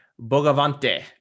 bogavante